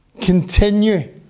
continue